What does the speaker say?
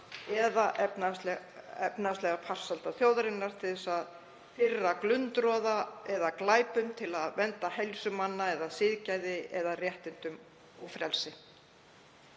eða efnahagslegrar farsældar þjóðarinnar, til þess að firra glundroða eða glæpum, til verndar heilsu manna eða siðgæði eða réttindum og frelsi.